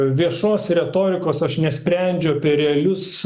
viešos retorikos aš nesprendžiu apie realius